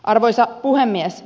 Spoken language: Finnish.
arvoisa puhemies